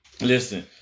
Listen